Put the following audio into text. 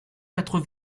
quatre